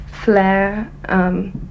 flair